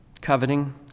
Coveting